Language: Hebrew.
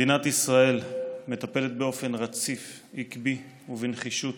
מדינת ישראל מטפלת באופן רציף, עקבי ובנחישות